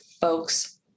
folks